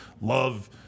love